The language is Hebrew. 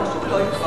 אמרת שהוא לא הצליח.